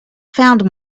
found